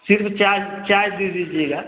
सिर्फ़ चाय चाय दे दीजिएगा